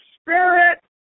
Spirit